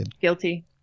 Guilty